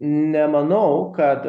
nemanau kad